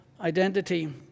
identity